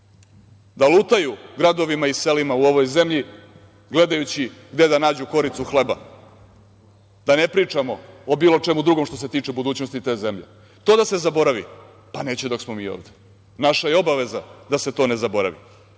da lutaju gradovima i selima u ovoj zemlji gledajući gde da nađu koricu hleba. Da ne pričamo o bilo čemu drugom što se tiče budućnosti te zemlje. To da se zaboravi. Pa, neće dok smo mi ovde. Naša je obaveza da se to ne zaboravi,